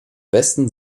besten